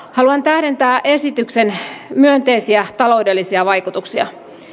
haluan tähdentää esityksen myönteisiä taloudellisia vaikutuksia